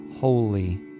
holy